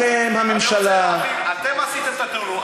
אני רוצה להבין, אתם, הממשלה, אתם עשיתם את, תראו,